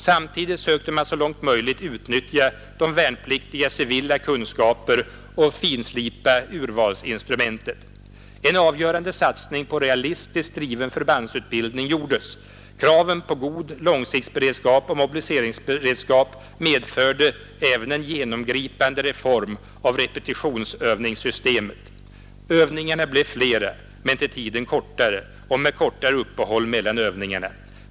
Samtidigt sökte man så långt som möjligt utnyttja de värnpliktigas civila kunskaper och finslipa urvalsinstrumentet. En avgörande satsning på realistiskt driven förbandsutbildning gjordes. Kraven på god långsiktsberedskap och mobiliseringsberedskap medförde även en genomgripande reform av repetitionsövningssystemet. Övningarna blev flera men till tiden kortare, och med kortare uppehåll mellan övningarna.